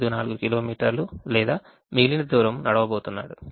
54 కిలోమీటర్లు లేదా మిగిలిన దూరం నడవబోతున్నాడు